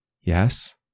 Yes